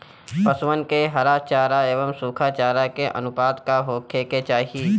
पशुअन के हरा चरा एंव सुखा चारा के अनुपात का होखे के चाही?